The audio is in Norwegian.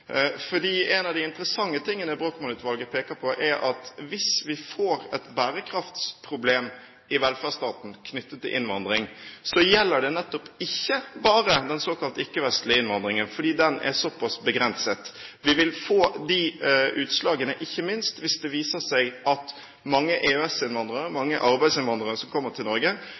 en av de interessante tingene Brochmann-utvalget peker på, er at hvis vi får et bærekraftsproblem i velferdsstaten knyttet til innvandring, gjelder det nettopp ikke bare den såkalte ikke-vestlige innvandringen, fordi den er så pass begrenset. Vi vil få de utslagene ikke minst hvis det viser seg at mange EØS-innvandrere, mange arbeidsinnvandrere som kommer til Norge,